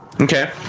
Okay